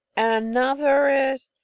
and another is,